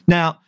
Now